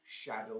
shadow